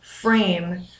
frame